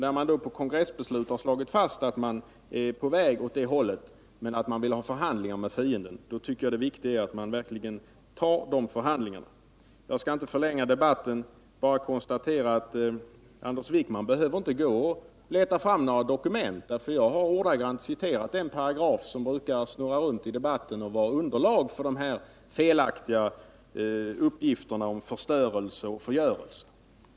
När man då i kongressbeslut har slagit fast att man är på väg åt det hållet men att man vill ha förhandlingar med fienden, tycker jag det viktiga är att man verkligen tar dessa förhandlingar. Jag skall inte förlänga debatten utan bara konstatera att Anders Wijkman inte behöver gå och leta fram några dokument, eftersom jag ordagrant har citerat den paragraf som brukar snurra runt i debatten och bilda underlag för de felaktiga uppgifterna om förstörelse och förgörelse.